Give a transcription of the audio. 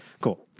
Cool